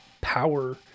power